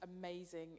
amazing